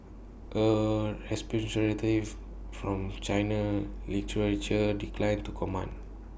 A from China literature declined to comment